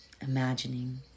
Imagining